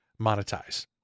monetize